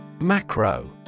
Macro